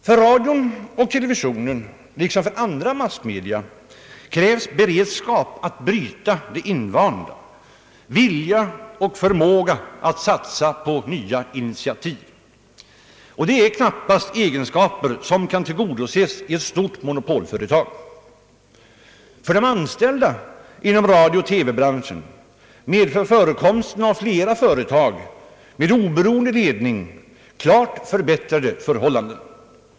för andra massmedia krävs beredskap att bryta det invanda, vilja och förmåga att satsa på nya initiativ. Det är knappast egenskaper som kan tillgodoses i ett stort monopolföretag. För de anställda inom radiooch TV-branschen medför förekomsten av flera företag med oberoende ledning klart förbättrade förhållanden.